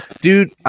Dude